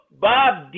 Bob